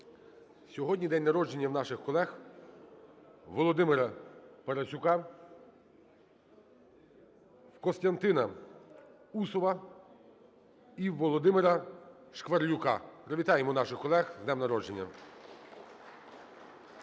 Сьогодні день народження наших колег: у Володимира Парасюка, у Костянтина Усова і у Володимира Шкварилюка. Привітаємо наших колег з днем народження.